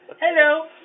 Hello